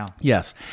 Yes